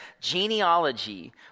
genealogy